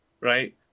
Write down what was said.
right